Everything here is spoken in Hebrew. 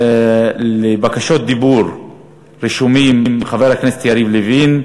לבקשות דיבור רשומים חבר הכנסת יריב לוין,